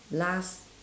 last